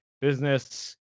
business